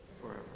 forever